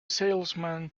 salesman